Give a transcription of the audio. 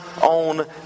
on